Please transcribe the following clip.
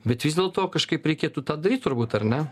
bet vis dėlto kažkaip reikėtų tą daryt turbūt ar ne